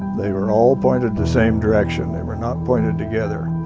they were all pointed the same direction. they were not pointed together.